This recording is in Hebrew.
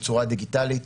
בצורה דיגיטלית,